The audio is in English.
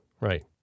right